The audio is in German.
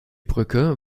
brücke